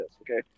okay